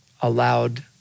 allowed